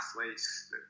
athletes